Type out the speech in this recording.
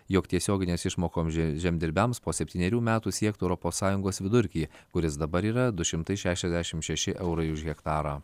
jog tiesioginės išmokoms žemdirbiams po septynerių metų siektų europos sąjungos vidurkį kuris dabar yra du šimtai šešiasdešim šeši eurai už hektarą